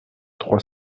trois